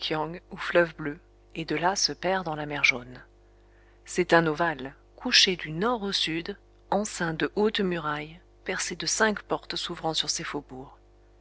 fleuve bleu et de là se perd dans la mer jaune c'est un ovale couché du nord au sud enceint de hautes murailles percé de cinq portes s'ouvrant sur ses faubourgs